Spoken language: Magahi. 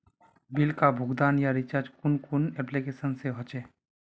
बिल का भुगतान या रिचार्ज कुन कुन एप्लिकेशन से होचे?